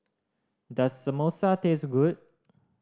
does Samosa taste good